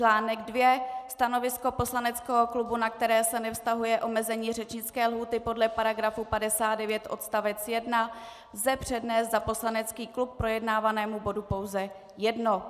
Článek dvě stanovisko poslaneckého klubu, na které se nevztahuje omezení řečnické lhůty podle § 59 odst. 1, lze přednést za poslanecký klub k projednávanému bodu pouze jedno.